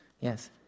Yes